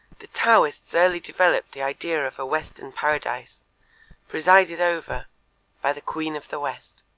the taoists early developed the idea of a western paradise presided over by the queen of the west,